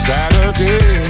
Saturday